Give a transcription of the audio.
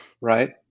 right